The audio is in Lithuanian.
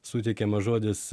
suteikiamas žodis